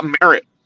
merit